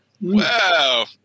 Wow